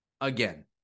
Again